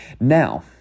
Now